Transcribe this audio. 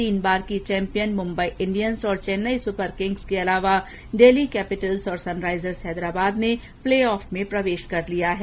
तीन बार की चौम्पियन मुम्बई इंडियंस और चेन्नई सुपर किंग्स के अलावा डेल्ही कैपिटल्स और सनराइजर्स हैदराबाद ने प्लेऑफ में प्रवेश कर लिया है